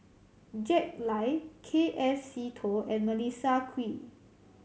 Jack Lai K F Seetoh and Melissa Kwee